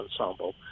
ensemble